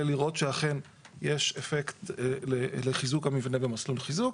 לראות שאכן יש אפקט לחיזוק המבנה במסלול חיזוק.